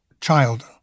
child